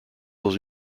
dans